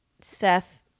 Seth